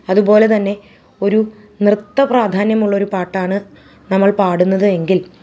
അതുപോലെ തന്നെ ഒരു നൃത്ത പ്രാധാന്യമുള്ള ഒരു പാട്ടാണ് നമ്മൾ പാടുന്നത് എങ്കിൽ